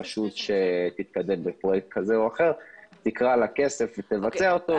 רשות שתתקדם בפרויקט כלשהו תקרא לכסף ותבצע אותו.